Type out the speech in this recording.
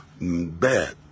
bad